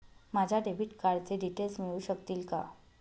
माझ्या डेबिट कार्डचे डिटेल्स मिळू शकतील का?